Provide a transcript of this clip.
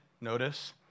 notice